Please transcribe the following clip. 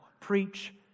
Preach